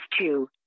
two